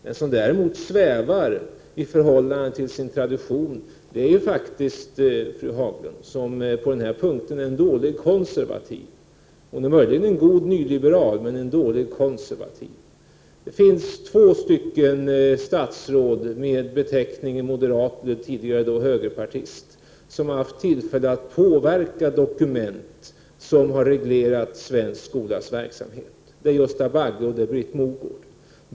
Den som däremot är svävande i förhållande till sin tradition är faktiskt fru Haglund, som på denna punkt är en dålig konservativ. Hon är möjligen en god nyliberal men en dålig konservativ. Det finns två statsråd med beteckning moderat, tidigare högerpartist, som har haft tillfälle att påverka de dokument som har haft att reglera svenska skolans verksamhet, nämligen Gösta Bagge och Britt Mogård.